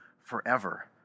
forever